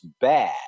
bad